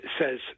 says